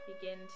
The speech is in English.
begin